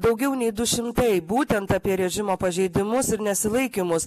daugiau nei du šimtai būtent apie režimo pažeidimus ir nesilaikymus